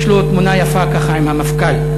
יש לו תמונה יפה ככה עם המפכ"ל,